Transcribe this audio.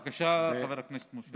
בבקשה, חבר הכנסת מוסי רז.